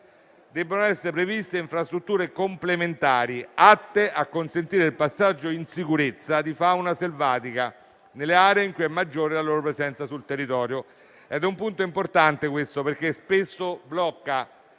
debbano essere previste infrastrutture complementari atte a consentire il passaggio in sicurezza di fauna selvatica nelle aree in cui è maggiore la loro presenza sul territorio. Questo è un punto importante, perché spesso il